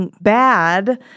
bad